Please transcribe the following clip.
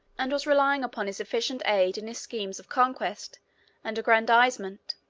and was relying upon his efficient aid in his schemes of conquest and aggrandizement.